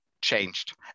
changed